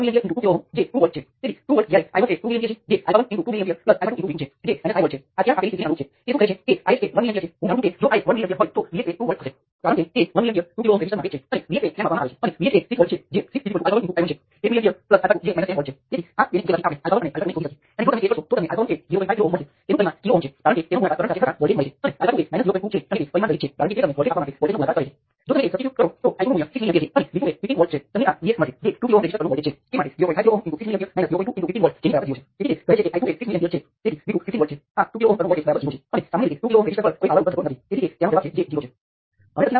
મારે Norton equivalent શોધવાનો પ્રયાસ લખવો જોઈએ જો તમારી પાસે માત્ર વોલ્ટેજ સોર્સ હોય અને તમે શોર્ટ સર્કિટ કરંટ શોધવાનો પ્રયત્ન કરો તો તમને મળશે કે શોર્ટ સર્કિટ કરંટ અનંત છે કારણ કે તમે વોલ્ટેજ સોર્સ ને શોર્ટ સર્કિટ કરી શકતા નથી અને તમને એ પણ મળશે કે નોર્ટન રેઝિસ્ટન્સ જે રેઝિસ્ટન્સ 0 ને સમાન છે